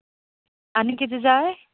आनी कितें जाय